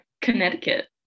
connecticut